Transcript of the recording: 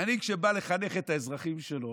ומנהיג, כשהוא בא לחנך את האזרחים שלו